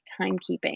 timekeeping